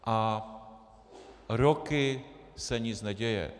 A roky se nic neděje.